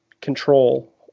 control